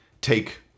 Take